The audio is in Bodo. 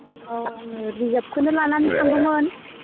औ आङो रिर्जाभखोनो लानानै थांगौमोन